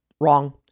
Wrong